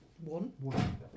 One